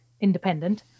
independent